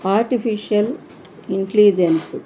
artificial intelligence